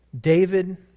David